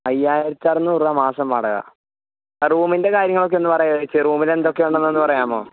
അയ്യായിരത്തി അറുനൂറ് രൂപ മാസം വാടക റൂമിൻ്റെ കാര്യങ്ങളൊക്കെ ഒന്ന് പറയോയുമോ ഏച്ചി റൂമിൽ എന്തൊക്കെ ഉണ്ടെന്നൊന്ന് പറയാമോ